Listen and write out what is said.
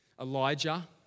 Elijah